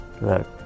look